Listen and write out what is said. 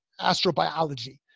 astrobiology